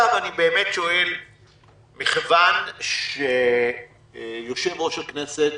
מכיוון שיושב-ראש הכנסת